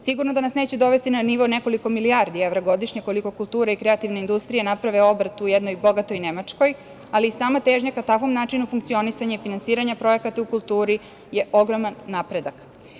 Sigurno da nas neće dovesti na nivo nekoliko milijardi evra godišnje, koliko kultura i kreativna industrija naprave obrt u jednoj bogatoj Nemačkoj, ali i sama težnja ka takvom načinu funkcionisanja i finansiranja projekata u kulturi je ogroman napredak.